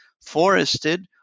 forested